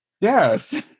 yes